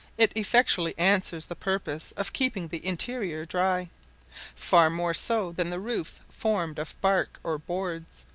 it effectually answers the purpose of keeping the interior dry far more so than the roofs formed of bark or boards,